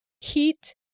heat